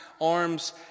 arms